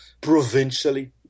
provincially